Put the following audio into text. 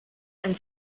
and